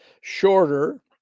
shorter